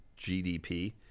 gdp